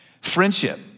Friendship